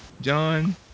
John